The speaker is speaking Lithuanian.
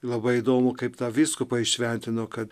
labai įdomu kaip tą vyskupą įšventino kad